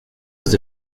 was